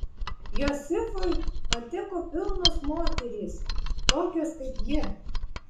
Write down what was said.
josifui patiko pilnos moterys tokios kaip ji